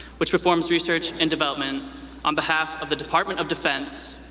which performs research and development on behalf of the department of defense,